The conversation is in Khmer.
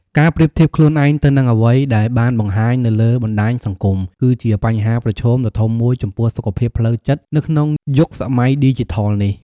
ការប្រៀបធៀបខ្លួនឯងទៅនឹងអ្វីដែលបានបង្ហាញនៅលើបណ្តាញសង្គម គឺជាបញ្ហាប្រឈមដ៏ធំមួយចំពោះសុខភាពផ្លូវចិត្តនៅក្នុងយុគសម័យឌីជីថលនេះ។